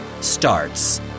starts